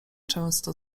często